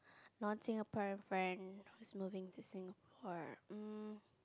non Singaporean friend's moving to Singapore um